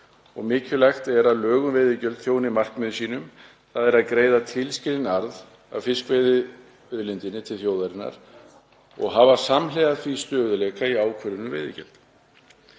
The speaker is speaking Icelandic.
Mikilvægt er að lög um veiðigjald þjóni markmiðum sínum, þ.e. að greiða tilskilinn arð af fiskveiðiauðlindinni til þjóðarinnar og hafa samhliða því stöðugleika í ákvörðunum um veiðigjöld.